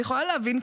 אני יכולה להבין,